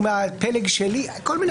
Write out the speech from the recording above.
מ-1